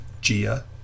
Gia